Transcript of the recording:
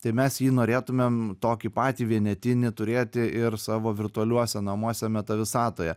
tai mes jį norėtumėm tokį patį vienetinį turėti ir savo virtualiuose namuose meta visatoje